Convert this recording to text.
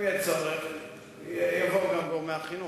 אם יהיה צורך יבואו גם גורמי החינוך.